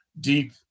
deep